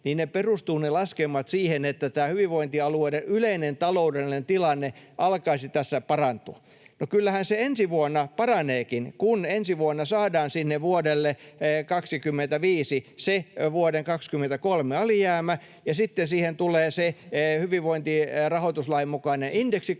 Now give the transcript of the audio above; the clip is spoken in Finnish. toisiinsa, että tämä hyvinvointialueiden yleinen taloudellinen tilanne alkaisi tässä parantua. No, kyllähän se ensi vuonna paraneekin, kun ensi vuonna saadaan sinne vuodelle 25 se vuoden 23 alijäämä ja sitten siihen tulee se hyvinvointirahoituslain mukainen indeksikorotus.